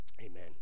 Amen